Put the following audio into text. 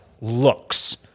looks